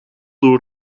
door